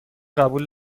قبول